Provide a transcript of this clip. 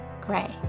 Gray